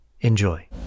Enjoy